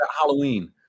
Halloween